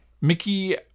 Mickey